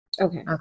Okay